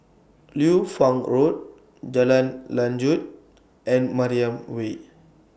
Liu Fang Road Jalan Lanjut and Mariam Way